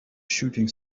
shooting